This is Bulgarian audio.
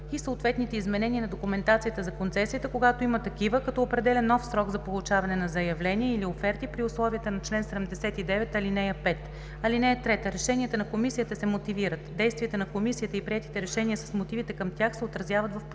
и съответните изменения на документацията за концесията, когато има такива, като определя нов срок за получаване на заявления или оферти при условията на чл. 79, ал. 5. (3) Решенията на комисията се мотивират. Действията на комисията и приетите решения с мотивите към тях се отразяват в протокол.